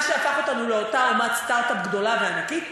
שהפך אותנו לאותה אומת סטארט-אפ גדולה וענקית.